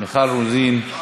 מיכל רוזין.